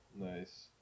Nice